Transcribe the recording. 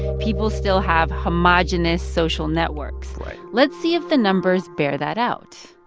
people still have homogenous social networks. right. let's see if the numbers bear that out.